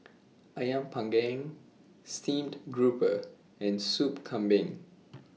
Ayam Panggang Steamed Grouper and Sup Kambing